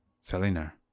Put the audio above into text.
Selena